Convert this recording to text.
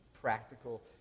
practical